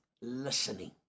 listening